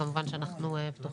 כמובן שאנחנו פתוחים.